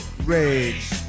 Rage